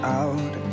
out